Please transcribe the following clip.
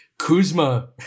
Kuzma